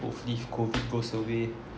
hopefully if COVID goes away